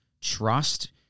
Trust